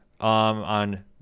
on